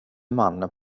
mannen